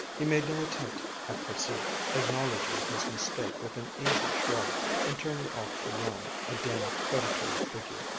he made no attempt at pursuit, acknowledging his mistake with an easy shrug and turning off to roam, a dim, predatory figure,